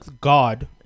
god